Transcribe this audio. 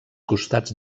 costats